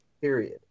period